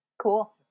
Cool